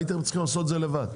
הייתם צריכים לעשות את זה לבד.